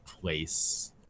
place